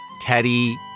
Teddy